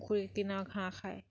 পুখুৰীৰ কিনাৰৰ ঘাঁহ খায়